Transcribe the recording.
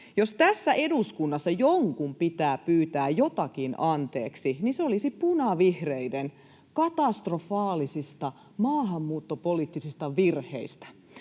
Jos tässä eduskunnassa jonkun pitää pyytää jotakin anteeksi, niin se olisi punavihreiden katastrofaalisia maahanmuuttopoliittisia virheitä.